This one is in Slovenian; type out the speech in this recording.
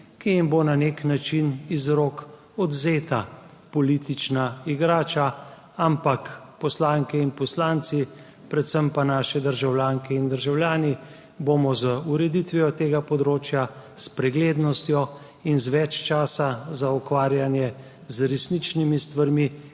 ki jim bo na nek način iz rok odvzeta politična igrača, ampak poslanke in poslanci, predvsem pa naši državljanke in državljani bomo z ureditvijo tega področja, s preglednostjo in z več časa za ukvarjanje z resničnimi stvarmi,